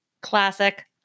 Classic